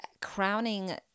crowning